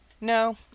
No